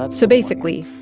that's. so basically,